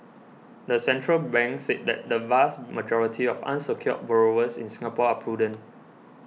the central bank said that the vast majority of unsecured borrowers in Singapore are prudent